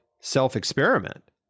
self-experiment